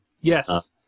Yes